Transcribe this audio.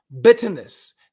bitterness